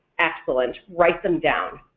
excellent, write them down.